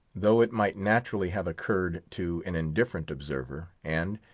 though it might naturally have occurred to an indifferent observer, and,